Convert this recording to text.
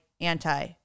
anti